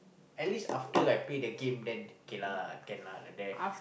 at least after I play the game then okay lah can lah like that